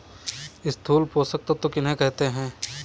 स्थूल पोषक तत्व किन्हें कहते हैं?